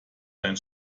dein